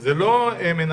זה לא החוק,